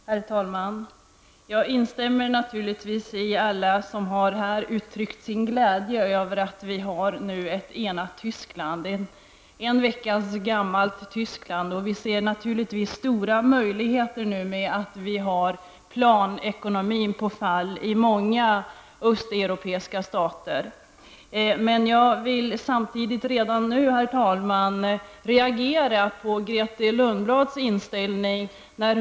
Herr talman! Jag instämmer naturligtvis med alla som här uttryckt sin glädje över att vi har fått ett enat Tyskland, ett en vecka gammalt Tyskland. Vi ser naturligtvis nu stora möjligheter i och med att planekonomin är på fall i många östeuropeiska stater. Men jag vill samtidigt, herr talman, reagera mot Grethe Lundblads inställning.